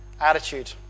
attitude